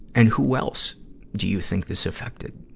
and who else do you think this affected?